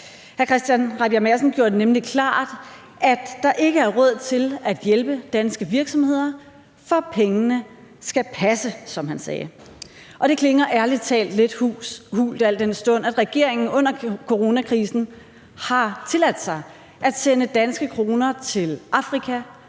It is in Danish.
Hr. Christian Rabjerg Madsen gjorde det nemlig klart, at der ikke er råd til at hjælpe danske virksomheder, for pengene skal passe, som han sagde. Og det klinger ærlig talt lidt hult, al den stund at regeringen under coronakrisen har tilladt sig at sende danske kroner til Afrika,